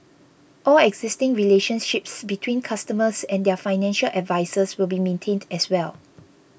all existing relationships between customers and their financial advisers will be maintained as well